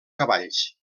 cavalls